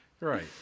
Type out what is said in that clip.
Right